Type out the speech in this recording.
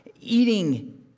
eating